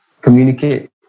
communicate